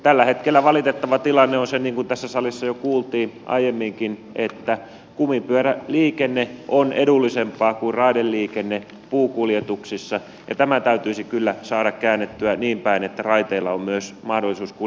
tällä hetkellä valitettava tilanne on se niin kuin tässä salissa jo kuultiin aiemminkin että kumipyöräliikenne on edullisempaa kuin raideliikenne puukuljetuksissa ja tämä täytyisi kyllä saada käännettyä niin päin että myös raiteilla on mahdollisuus kuljettaa